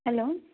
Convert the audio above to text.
hello